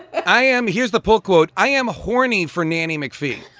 i am. here's the pull quote. i am horny for nanny mcphee